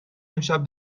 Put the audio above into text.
امشب